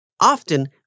Often